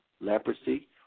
leprosy